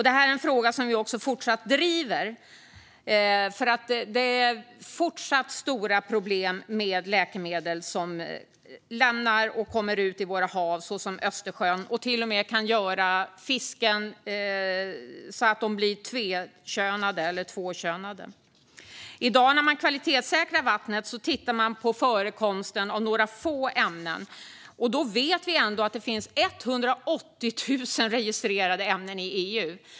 Detta är en fråga som vi fortsatt driver, för det är fortfarande stora problem med läkemedel som kommer ut i våra hav, som Östersjön, och som till och med kan göra fiskarna tvåkönade. När man i dag kvalitetssäkrar vattnet tittar man på förekomsten av några få ämnen. Då vet vi ändå att det finns 180 000 registrerade ämnen i EU.